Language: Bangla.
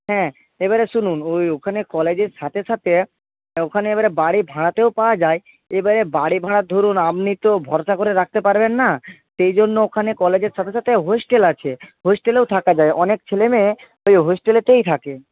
হ্যাঁ এবারে শুনুন ওই ওখানে কলেজের সাথে সাথে ওখানে এবারে বাড়ি ভাড়াতেও পাওয়া যায় এবারে বাড়ি ভাড়া ধরুন আপনি তো ভরসা করে রাখতে পারবেন না সেজন্য ওখানে কলেজের সাথে সাথে হস্টেল আছে হস্টেলেও থাকা যায় অনেক ছেলেমেয়ে ওই হস্টেলেতেই থাকে